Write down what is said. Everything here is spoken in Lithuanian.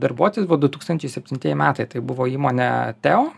darbuotis buvo du tūkstančiai septintieji metai tai buvo įmonę teo